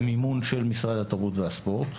במימון של משרד התרבות והספורט.